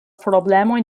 problemojn